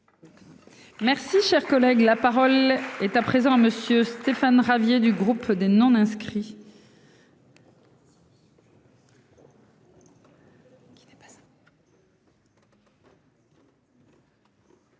Merci, cher collègue, la parole est à présent à monsieur Stéphane Ravier du groupe des non inscrits.